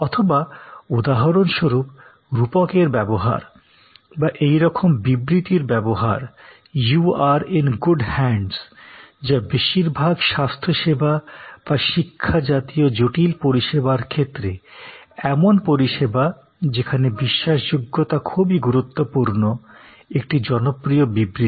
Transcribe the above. অথবা উদাহরণ স্বরূপ রূপকের ব্যবহার বা এইরকম বিবৃতির ব্যবহার "you are in good hands" যা বেশিরভাগ স্বাস্থ্যসেবা বা শিক্ষা জাতীয় জটিল পরিষেবার ক্ষেত্রে এমন পরিষেবা যেখানে বিশ্বাসযোগ্যতা খুবই গুরুত্বপূর্ণ একটি জনপ্রিয় বিবৃতি